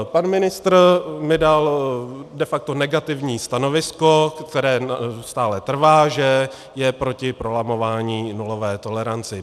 Pan ministr mi dal de facto negativní stanovisko, které stále trvá, že je proti prolamování nulové tolerance.